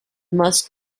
must